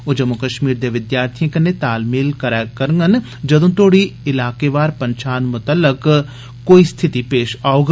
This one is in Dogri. ओ जम्मू कश्मीर दे विद्यार्थिएं कन्नै तालमेल करै करगन जदू उनेंगी इलाकेवार पंछान मुतल्लन कोई स्थिति पेश औग